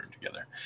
together